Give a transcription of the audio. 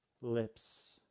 lips